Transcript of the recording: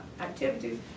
activities